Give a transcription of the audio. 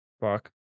Fuck